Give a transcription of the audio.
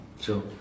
Sure